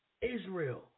Israel